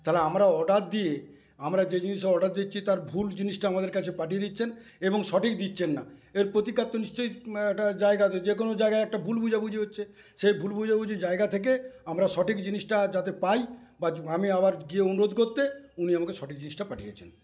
তাহলে আমরা অর্ডার দিয়ে আমরা যে জিনিসের অর্ডার দিচ্ছি তার ভুল জিনিসটা আমাদের কাছে পাঠিয়ে দিচ্ছেন এবং সঠিক দিচ্ছেন না এর প্রতিকার তো নিশ্চই একটা জায়গা আছে যেকোনও জায়গায় একটা ভুল বোঝাবুঝি হচ্ছে সেই ভুল বোঝাবুঝি জায়গা থেকে আমরা সঠিক জিনিসটা যাতে পাই বা আমি আবার গিয়ে অনুরোধ করতে উনি আমাকে সঠিক জিনিসটা পাঠিয়েছেন